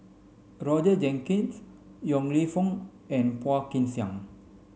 Roger Jenkins Yong Lew Foong and Phua Kin Siang